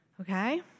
okay